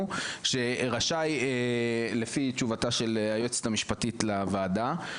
לפי תשובתה של היועצת המשפטית לוועדה,